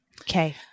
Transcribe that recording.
Okay